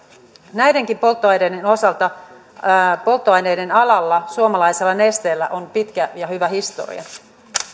näidenkin polttoaineiden osalta on polttoaineiden alalla suomalaisella nesteellä pitkä ja hyvä historia